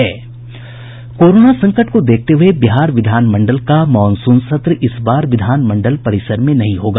corona संकट को देखते हुये बिहार विधान मंडल का मॉनसून सत्र इस बार विधान मंडल परिसर में नहीं होगा